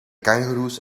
kangoeroes